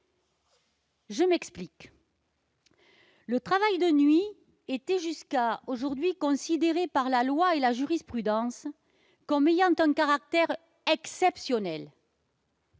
Je m'explique : le travail de nuit était, jusqu'à aujourd'hui, considéré par la loi et la jurisprudence comme « ayant un caractère exceptionnel